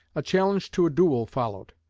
a challenge to a duel followed,